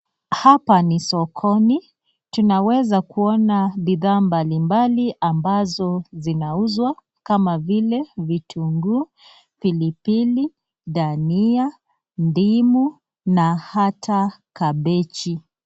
Hapa ni sokoni tunaweza kuona bidhaa mbalimbali ambazo zinauzwa mama vile vitunguu, pilipili, dhania, ndimu na hata kabichi.